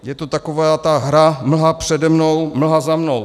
Je to taková ta hra mlha přede mnou, mlha za mnou.